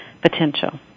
potential